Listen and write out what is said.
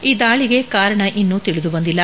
ಈ ದಾಳಿಗೆ ಕಾರಣ ಇನ್ನೂ ತಿಳಿದು ಬಂದಿಲ್ಲ